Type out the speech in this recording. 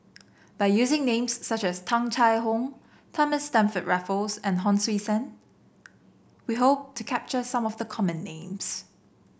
by using names such as Tung Chye Hong Thomas Stamford Raffles and Hon Sui Sen we hope to capture some of the common names